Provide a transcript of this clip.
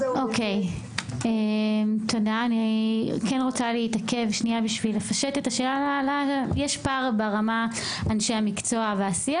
אני רוצה לפשט את השאלה כי יש פער ברמה של אנשי המקצוע והשיח